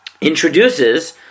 introduces